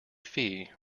fee